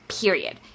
period